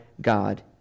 God